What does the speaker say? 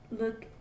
look